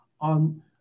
on